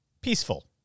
peaceful